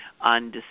on